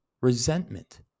Resentment